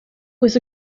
was